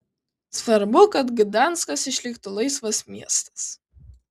svarbu kad gdanskas išliktų laisvas miestas